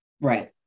Right